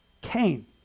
Cain